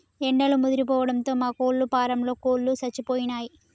ఎండలు ముదిరిపోవడంతో మా కోళ్ళ ఫారంలో కోళ్ళు సచ్చిపోయినయ్